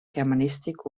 germanistik